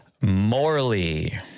Morley